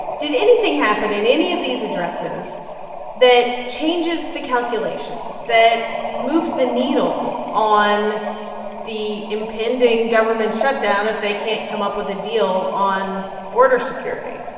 did anything happen in any of these addresses that changes the calculation, that moves the needle on the impending government shutdown if they can't come up with a deal on border security?